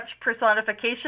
personification